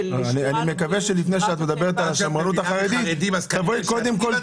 --- אני מקווה שלפני שאת מדברת על השמרנות החרדית תבואי קודם כל